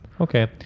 Okay